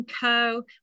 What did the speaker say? Co